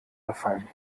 befallen